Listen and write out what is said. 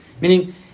Meaning